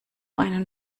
einen